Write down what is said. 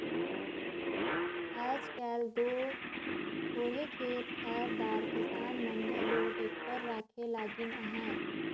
आएज काएल दो थोरहे खेत खाएर दार किसान मन घलो टेक्टर राखे लगिन अहे